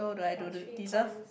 for three points